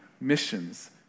missions